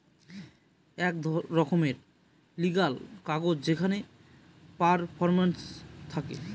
এক রকমের লিগ্যাল কাগজ যেখানে পারফরম্যান্স থাকে